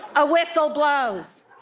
a whistle blows.